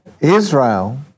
Israel